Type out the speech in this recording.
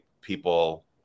people